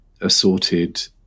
assorted